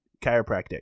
chiropractic